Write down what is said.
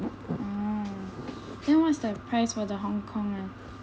oh then what is the price for the Hong-Kong ah